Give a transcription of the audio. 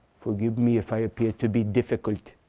forgive me if i appear to be difficult.